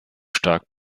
stark